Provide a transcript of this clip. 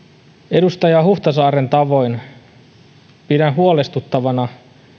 edustaja huhtasaaren tavoin pidän huolestuttavana